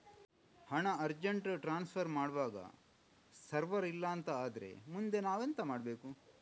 ಹಣ urgent transfer ಮಾಡ್ವಾಗ server ಇಲ್ಲಾಂತ ಆದ್ರೆ ಮುಂದೆ ನಾವೆಂತ ಮಾಡ್ಬೇಕು?